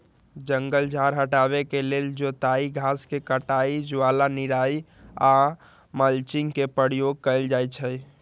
जङगल झार हटाबे के लेल जोताई, घास के कटाई, ज्वाला निराई आऽ मल्चिंग के प्रयोग कएल जाइ छइ